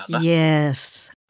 Yes